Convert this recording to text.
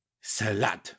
Salad